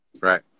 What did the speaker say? right